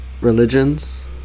religions